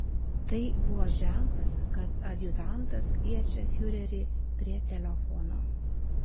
tai buvo ženklas kad adjutantas kviečia fiurerį prie telefono